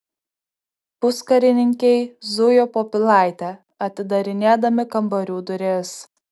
puskarininkiai zujo po pilaitę atidarinėdami kambarių duris